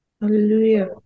Hallelujah